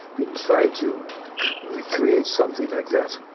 we try to recreate something like that.